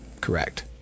Correct